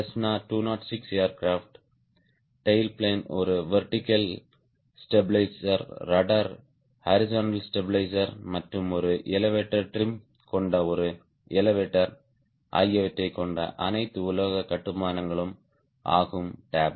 Cessna 206 aircraft tail plane ஒரு vertical stabiliser rudder horizontal stabiliser மற்றும் ஒரு எலெவடோர் டிரிம் கொண்ட ஒரு எலெவடோர் ஆகியவற்றைக் கொண்ட அனைத்து உலோக கட்டுமானங்களும் ஆகும் டேப்